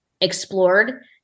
explored